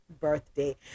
birthday